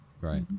right